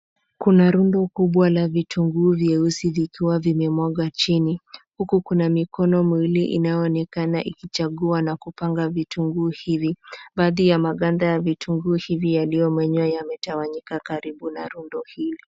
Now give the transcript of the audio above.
Kuna rundo kubwa la vitunguu vyeusi vikiwa vimewmwagwa chini; huku kuna mikono miwili inayoonekana ikichagua na kupanga vitunguu hivi. Baadhi ya mabanda ya vitunguu hivi yaliyomo yametawanyika karibu na rundo hilo.